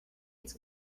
its